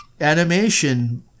animation